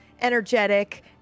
energetic